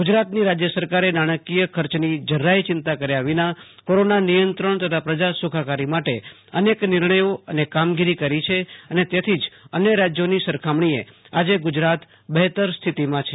ગુજરાતની રાજય સરકારે નાણાંકીય ખર્ચની જુરાય ચિંતા કર્યા વિના કોરોના નિયંત્રણ તથા પ્રજા સુખાકારી માટે અનેક નિર્ણયો અને કામગીરી કરી છે અને તેથી જ અન્ય રાજ્યોની સરખામણીએ આજે ગુજરાતે બહેતર સ્થિતિમાં છે